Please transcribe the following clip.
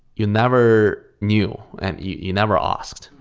you never knew and you never asked.